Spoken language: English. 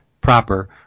proper